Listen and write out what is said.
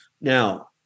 Now